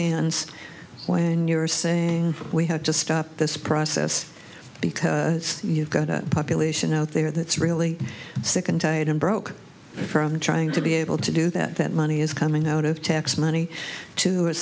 hands when you're saying we have to stop this process because you've got a population out there that's really sick and tired and broke from trying to be able to do that that money is coming out of tax money to a